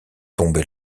tomber